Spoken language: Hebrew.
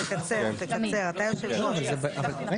תקצר, תקצר, אתה יושב הראש.